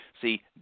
See